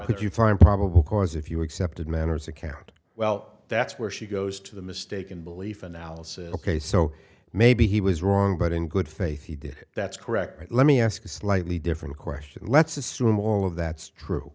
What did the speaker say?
could you find probable cause if you accepted manners account well that's where she goes to the mistaken belief analysis ok so maybe he was wrong but in good faith he did that's correct let me ask a slightly different question let's assume all of that's true